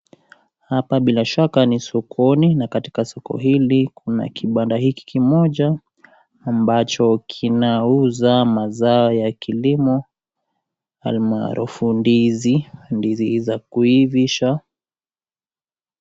Hapa bila shaka ni sokoni na katika soko hili Kuna kibanda hiki kimoja ambacho kinauza mazao ya kilimo almaarufu ndizi ndizi hizi za kuhivisha.